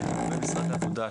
לגבי משרד העבודה,